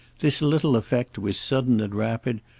this little effect was sudden and rapid,